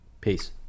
Peace